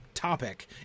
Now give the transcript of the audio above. Topic